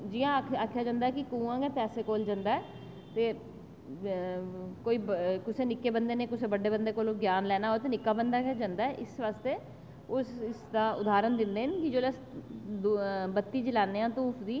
जियां आक्खेआ जंदा कि कुआं गै प्यासे कोल जंदा कुसै निक्के बंदे जां कुसै बड्डे बंदे कोला ज्ञान लैना होऐ ते तां निक्का बंदा गै जंदा ते इस आस्तै ते उस दा उदाहरण दिन्ने न जिसलै बत्ती जलाने ते उसगी